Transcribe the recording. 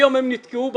היום הם נתקעו בצפון.